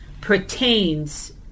pertains